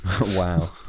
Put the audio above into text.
wow